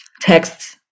texts